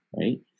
right